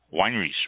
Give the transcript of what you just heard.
wineries